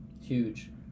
huge